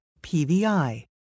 PVI